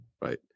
right